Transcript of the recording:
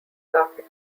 carpet